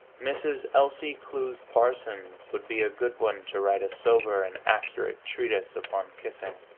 mrs. elsie clews parsons would be a good one to write a sober and accurate treatise upon kissing.